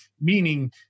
meaning